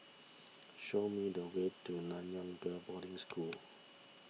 show me the way to Nanyang Girls' Boarding School